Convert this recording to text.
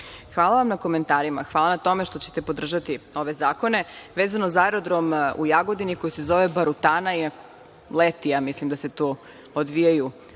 Hvala vam na komentarima. Hvala na tome što ćete podržati ove zakone. Vezano za Aerodrom u Jagodini koji se zove „Barutana“, mislim da se tu odvijaju